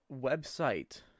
website